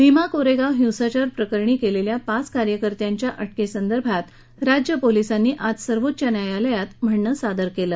भीमा कोरेगाव हिंसाचार प्रकरणी केलेल्या पाच कार्यकर्त्यांच्या अटकेसंदर्भात राज्य पोलिसांनी आज सर्वोच्च न्यायालयात आपलं म्हणणं सादर केलं